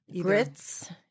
Grits